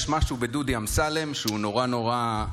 יש משהו בדודי אמסלם שהוא נורא נורא,